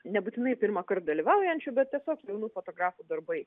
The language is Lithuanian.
nebūtinai pirmąkart dalyvaujančių bet tiesiog jaunų fotografų darbai